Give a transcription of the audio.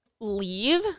leave